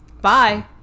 Bye